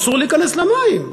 אסור להיכנס למים,